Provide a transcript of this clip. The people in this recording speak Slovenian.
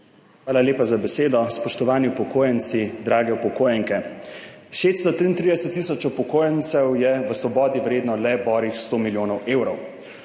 Hvala lepa za besedo. Spoštovani upokojenci, drage upokojenke! 633 tisoč upokojencev je v svobodi vredno le borih sto milijonov evrov.